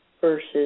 versus